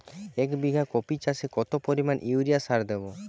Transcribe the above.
এক বিঘা কপি চাষে কত পরিমাণ ইউরিয়া সার দেবো?